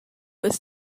this